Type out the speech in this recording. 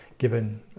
given